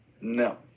No